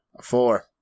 four